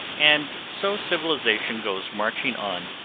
and so civilization goes marching on,